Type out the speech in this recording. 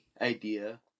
idea